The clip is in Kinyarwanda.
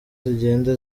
zigenda